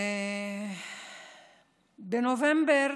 בנובמבר